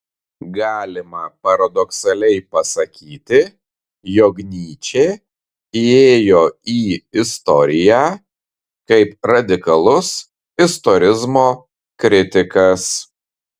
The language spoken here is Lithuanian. galima paradoksaliai pasakyti jog nyčė įėjo į istoriją kaip radikalus istorizmo kritikas